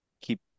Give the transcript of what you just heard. keep